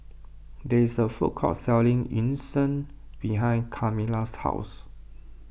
there is a food court selling Yu Sheng behind Camila's house